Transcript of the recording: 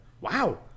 Wow